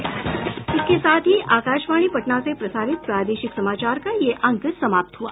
इसके साथ ही आकाशवाणी पटना से प्रसारित प्रादेशिक समाचार का ये अंक समाप्त हुआ